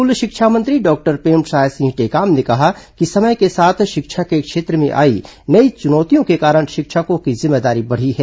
school शिक्षा मंत्री doctor Premsai Singh Tekam ने कहा कि समय के साथ शिक्षा के क्षेत्र में आई नई चुनौतियों के कारण शिक्षकों की जिम्मेदारी बढ़ी है